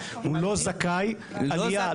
הוא לא זכאי עלייה,